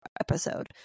episode